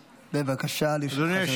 בבקשה, לרשותך שלוש דקות.